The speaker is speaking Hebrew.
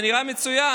זה נראה מצוין.